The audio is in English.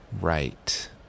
Right